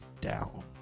down